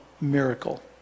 miracle